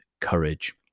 courage